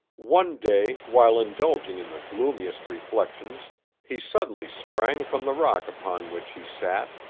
one day while indulging in the gloomiest reflections he suddenly sprang from the rock upon which he sat,